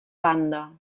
banda